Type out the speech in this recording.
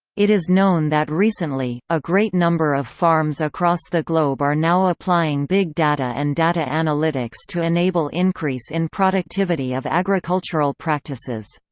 it is known that recently, a great number of farms across the globe are now applying big data and data analytics to enable increase in productivity of agricultural practices.